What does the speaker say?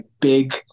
big –